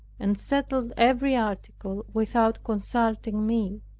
and settled every article, without consulting me.